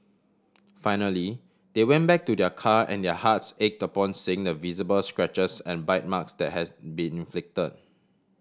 finally they went back to their car and their hearts ached upon seeing the visible scratches and bite marks that has been inflict